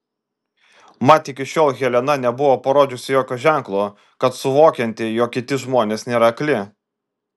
mat iki šiol helena nebuvo parodžiusi jokio ženklo kad suvokianti jog kiti žmonės nėra akli